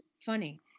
funny